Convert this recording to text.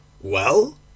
Well